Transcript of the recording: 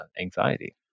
anxiety